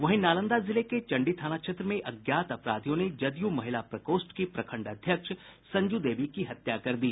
वहीं नालंदा जिले के चंडी थाना क्षेत्र में अज्ञात अपराधियों ने जदयू महिला प्रकोष्ठ की प्रखंड अध्यक्ष संजू देवी की हत्या कर दी